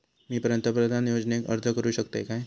मी पंतप्रधान योजनेक अर्ज करू शकतय काय?